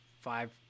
five